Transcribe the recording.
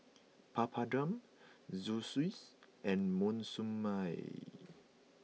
Papadum Zosui and Monsunabe